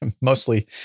mostly